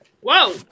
Whoa